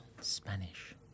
Spanish